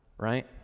right